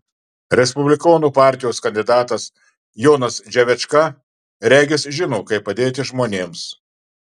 respublikonų partijos kandidatas jonas dževečka regis žino kaip padėti žmonėms